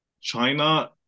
China